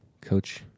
coach